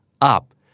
up